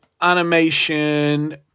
Animation